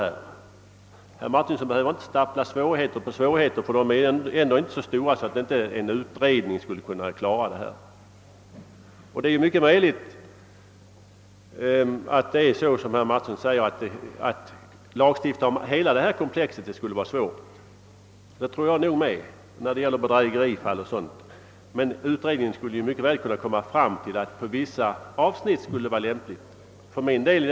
Herr Martinsson behöver inte stapla svårigheter på svårigheter, de är ändå inte så stora att en utredning inte skulle kunna klara dem. Det är mycket möjligt att det förhåller sig så som herr Martinsson säger, att det är svårt att lagstifta om hela detta komplex. Inte minst gäller det bedrägerifall och sådant. Men en utredning skulle mycket väl på vissa avsnitt kunna komma fram till att det vore lämpligt med en lagstiftning.